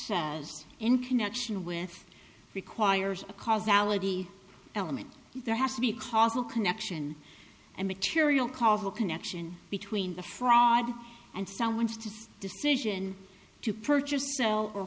horn in connection with requires a cause ality element there has to be causal connection and material causal connection between the fraud and someone's to decision to purchase so